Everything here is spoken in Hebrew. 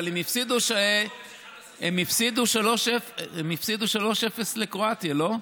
אבל הם הפסידו 3:0 לקרואטיה, לא?